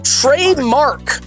trademark